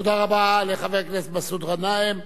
תודה רבה לחבר הכנסת מסעוד גנאים.